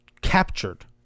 captured